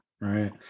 right